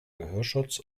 gehörschutz